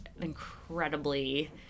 incredibly